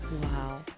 wow